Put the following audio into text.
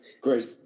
Great